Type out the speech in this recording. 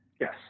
Yes